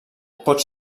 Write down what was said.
pot